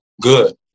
good